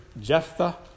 Jephthah